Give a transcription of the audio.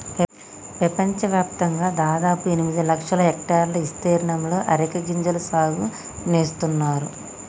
పెపంచవ్యాప్తంగా దాదాపు ఎనిమిది లక్షల హెక్టర్ల ఇస్తీర్ణంలో అరికె గింజల సాగు నేస్తున్నారు